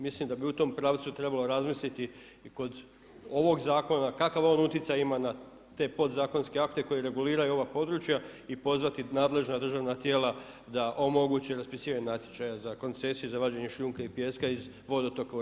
Mislim da bi u tom pravcu trebalo razmisliti i kod ovog zakona, kakav on utjecaj ima na te podzakonske akte koji reguliraju ova područja i pozvati nadležna državna tijela da omogući raspisivanje natječaja za koncesije, za vađenje šljunka i pijeska iz vodotoka u RH.